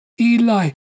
Eli